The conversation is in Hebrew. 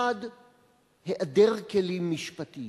1. היעדר כלים משפטיים,